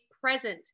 present